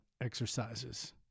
exercises